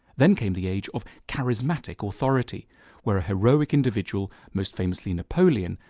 then came the age of charismatic authority where a heroic individual, most famously napoleon,